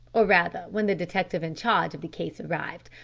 or rather, when the detective in charge of the case arrived,